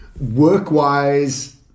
work-wise